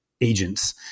agents